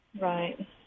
Right